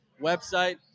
website